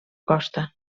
costa